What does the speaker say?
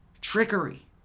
trickery